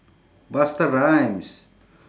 busta rhymes